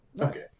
Okay